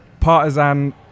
partisan